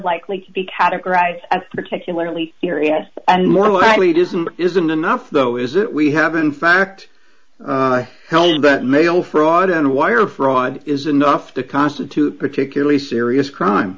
likely to be categorized as particularly serious and more likely it is and isn't enough though is it we have in fact held but mail fraud and wire fraud is enough to constitute particularly serious crime